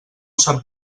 sap